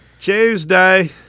Tuesday